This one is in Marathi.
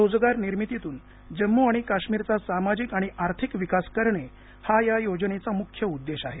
रोजगार निर्मितीतून जम्मू आणि काश्मीरचा सामाजिक आणि आर्थिक विकास करणे हा या योजनेचा मुख्य उद्देश आहे